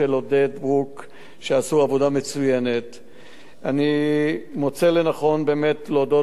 אני מוצא לנכון להודות גם לנציב ולאנשיו וללוחמים ולוועדים,